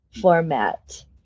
format